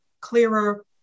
clearer